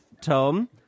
Tom